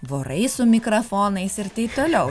vorai su mikrafonais ir taip toliau